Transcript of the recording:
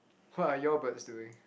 what are you all birds doing